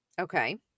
Okay